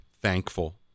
thankful